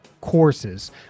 courses